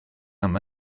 yma